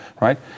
right